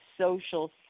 social